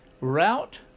route